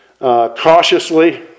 cautiously